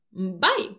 bye